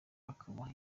akaba